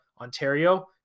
Ontario